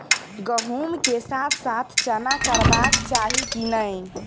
गहुम केँ साथ साथ चना करबाक चाहि की नै?